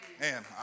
Man